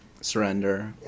Surrender